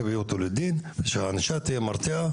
שיביאו אותו לדין ושהענישה תהיה מרתיעה,